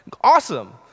Awesome